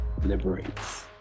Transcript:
Liberates